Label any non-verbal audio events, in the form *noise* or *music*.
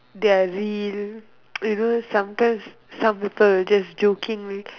their real *noise* you know sometimes some people will just jokingly